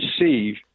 receive